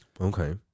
Okay